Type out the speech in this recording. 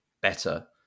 better